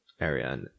area